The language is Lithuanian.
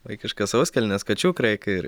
vaikiškas sauskelnes kačių kraiką